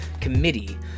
committee